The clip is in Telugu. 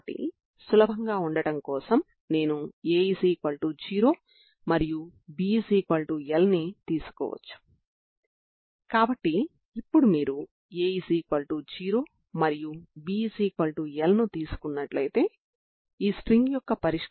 కాబట్టి మీరు పరిష్కారాన్ని కలిగి ఉన్నారు సరేనా మరియు ఈ సమస్యకు ఇదొక్కటే పరిష్కారమని కూడా చూడవచ్చు